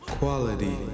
quality